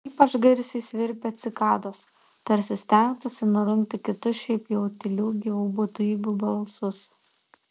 ypač garsiai svirpia cikados tarsi stengtųsi nurungti kitus šiaip jau tylių gyvų būtybių balsus